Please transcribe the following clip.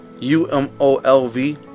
U-M-O-L-V